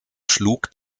schlug